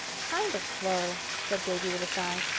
kind of slow, said davy with a sigh.